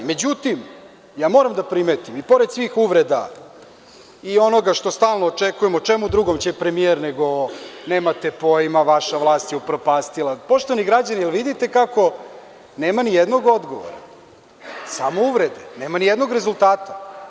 Međutim, ja moram da primetim i pored svih uvreda i onoga što stalno očekujemo, a o čemu drugom će premijer, nego, nemate pojma, vaša vlast je upropastila, poštovani građani, jel vidite kako nema ni jednog odgovora, samo uvrede, nema ni jednog rezultata.